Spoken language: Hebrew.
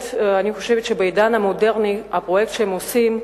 בעידן המודרני, הפרויקט שהם עושים,